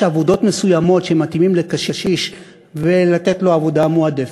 יש עבודות מסוימות שמתאימות לקשיש ולתת לו עבודה מועדפת?